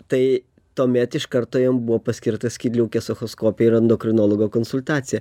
tai tuomet iš karto jam buvo paskirta skydliaukės echoskopija ir endokrinologo konsultacija